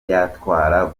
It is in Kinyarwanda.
yatwara